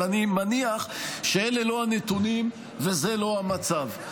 אבל אני מניח שאלה לא הנתונים וזה לא המצב.